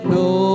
no